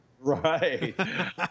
Right